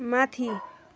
माथि